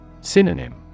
Synonym